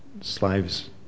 slaves